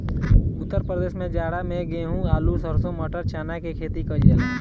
उत्तर प्रदेश में जाड़ा में गेंहू, आलू, सरसों, मटर, चना के खेती कईल जाला